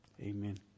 Amen